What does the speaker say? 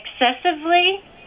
excessively